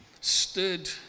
stood